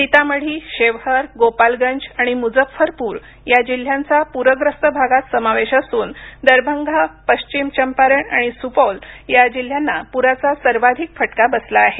सीतामढी शेवहर गोपालगंज आणि मुजफ्फरपूर या जिल्ह्यांचाही पूरग्रस्त भागात समावेश असून दरभंगा पश्चिम चंपारण आणि सुपौल या जिल्ह्यांना पुराचा सर्वाधिक फटका बसला आहे